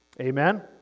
Amen